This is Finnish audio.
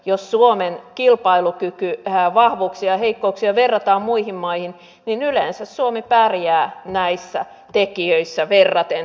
jos suomen kilpailukyvyn vahvuuksia ja heikkouksia verrataan muihin maihin niin yleensä suomi pärjää näissä tekijöissä verraten hyvin